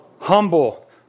Humble